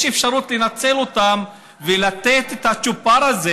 יש אפשרות לנצל אותן ולתת את הצ'ופר הזה,